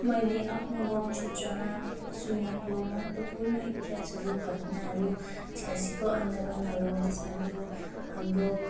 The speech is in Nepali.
मैले आफ्नो गाउँ क्षेत्रमा सुनेको महत्त्वपूर्ण इतिहासहरू घटनाहरू छयासीको आन्दोलनहरू जसमा कि यो हाम्रो